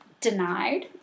denied